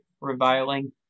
reviling